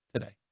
today